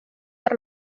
per